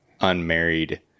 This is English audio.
unmarried